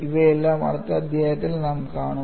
ഇവയെല്ലാം അടുത്ത അധ്യായത്തിൽ നാം കാണും